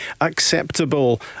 acceptable